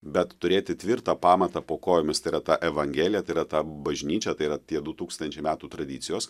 bet turėti tvirtą pamatą po kojomis tai yra tą evangeliją tai yra tą bažnyčią tai yra tie du tūkstančiai metų tradicijos